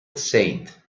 saint